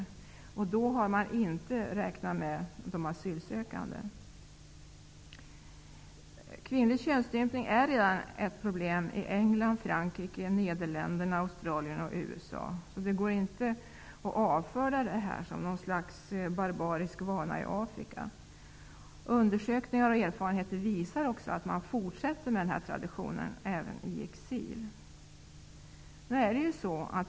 I den siffran har inte de asylsökande räknats med. Kvinnlig könsstympning är redan ett problem i England, Frankrike, Nederländerna, Australien och USA. Det går inte att avfärda stympningen som något slags barbarisk vana i Afrika. Undersökningar och erfarenheter visar att man fortsätter med denna tradition även i exil.